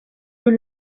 veux